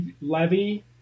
Levy